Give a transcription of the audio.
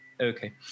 Okay